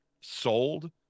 sold